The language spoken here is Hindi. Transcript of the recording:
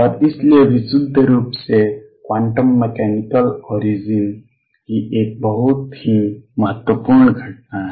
और इसलिए विशुद्ध रूप से क्वांटम मैकेनिकल ओरिजिन की एक बहुत ही महत्वपूर्ण घटना है